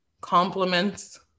compliments